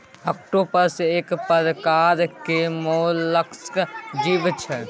octopus एक परकार केर मोलस्क जीव छै